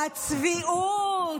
הצביעות.